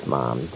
Mom